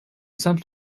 some